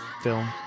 film